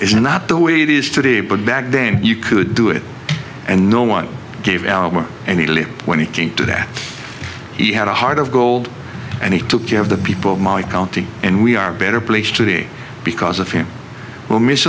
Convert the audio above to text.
is not the way it is today but back then you could do it and no one gave album and italy when he came to that he had a heart of gold and he took care of the people of my county and we are better placed to be because of him we'll miss